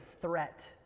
threat